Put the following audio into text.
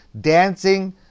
Dancing